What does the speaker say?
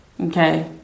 okay